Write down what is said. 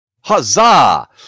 Huzzah